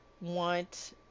want